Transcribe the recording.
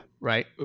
right